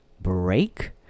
break